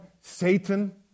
Satan